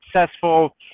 successful